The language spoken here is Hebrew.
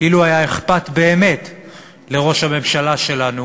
אילו היה לראש הממשלה שלנו